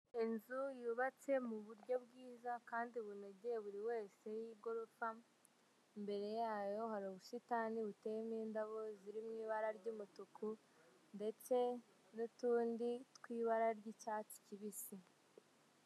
Inzu yubatse mu buryo bwiza kandi bunogeye buri wese, y'igorofa, imbere yayo hari ubusitani buteyemo indabo ziri mu ibara ry'umutuku, ndetse n'utundi tw'ibara ry'icyatsi kibisi.